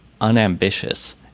unambitious